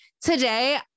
today